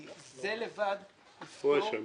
כי זה לבד יפתור --- הוא אשם,